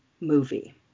movie